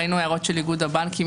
ראינו הערות של איגוד הבנקים.